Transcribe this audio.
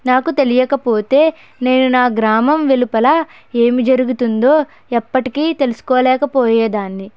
నాకు తెలియకపోతే నేను నా గ్రామం వెలుపల ఏమి జరుగుతుందో ఎప్పటికీ తెలుసుకోలేకపోయేదాన్ని